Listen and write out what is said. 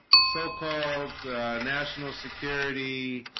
so-called national security